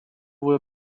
will